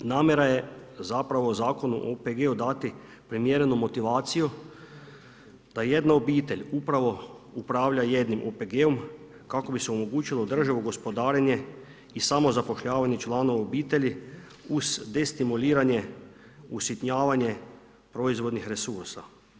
Namjera je zapravo Zakona o OPG-u dati primjerenu motivaciju da jedna obitelj upravo upravlja jednim OPG-om kako bi se omogućilo državno gospodarenje i samozapošljavanje članova obitelji uz destimuliranje, usitnjavanje proizvodnih resursa.